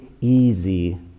easy